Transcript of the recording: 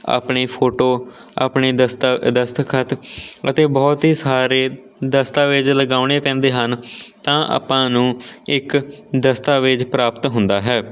ਆਪਣੀ ਫੋਟੋ ਆਪਣੇ ਦਸਤ ਦਸਤਖਤ ਅਤੇ ਬਹੁਤ ਹੀ ਸਾਰੇ ਦਸਤਾਵੇਜ ਲਗਾਉਣੇ ਪੈਂਦੇ ਹਨ ਤਾਂ ਆਪਾਂ ਨੂੰ ਇੱਕ ਦਸਤਾਵੇਜ ਪ੍ਰਾਪਤ ਹੁੰਦਾ ਹੈ